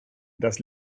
das